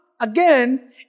Again